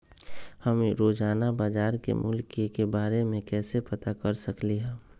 हम रोजाना बाजार के मूल्य के के बारे में कैसे पता कर सकली ह?